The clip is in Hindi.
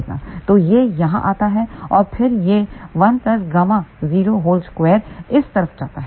तो यह यहाँ आता है और फिर यह 1 Γ02 इस तरफ जाता है